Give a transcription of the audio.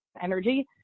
energy